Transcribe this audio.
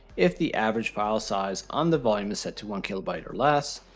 if the average file size on the volume is set to one kilobyte or less,